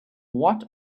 what